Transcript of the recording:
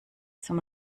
zum